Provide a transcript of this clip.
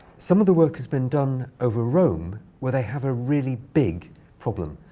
some of the work has been done over rome, where they have a really big problem.